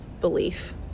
belief